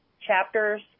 chapters